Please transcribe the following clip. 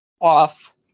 off